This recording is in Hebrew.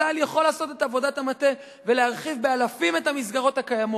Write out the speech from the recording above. צה"ל יכול לעשות את עבודת המטה ולהרחיב באלפים את המסגרות הקיימות.